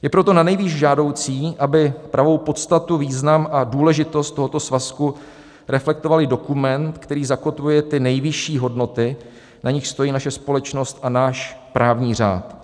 Je proto nanejvýš žádoucí, aby pravou podstatu, význam a důležitost tohoto svazku reflektoval i dokument, který zakotvuje ty nejvyšší hodnoty, na nichž stojí naše společnost a náš právní řád.